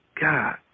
God